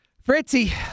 Fritzy